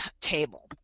table